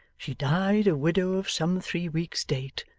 she died a widow of some three weeks' date,